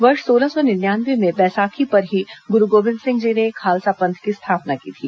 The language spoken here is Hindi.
वर्ष सोलह सौ निन्यानवे में बैसाखी पर ही गुरू गोबिंद सिंह जी ने खालसा पंथ की स्थापना की थी